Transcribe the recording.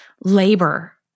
labor